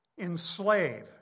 Enslave